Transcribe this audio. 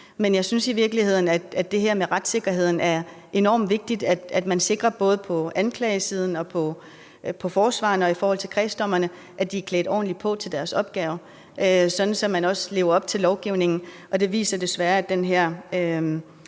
Men jeg synes i virkeligheden, at det her med retssikkerheden er enormt vigtigt, at man både på anklagersiden og på forsvarersiden og i forhold til kredsdommerne sikrer, at de er ordentligt klædt på til deres opgave, så man også lever op til lovgivningen. Og desværre viser den her